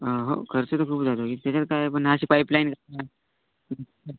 हां हो खर्च तर खूप जातो त्याच्यात काय पण अशी पाईपलाईन क